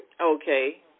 Okay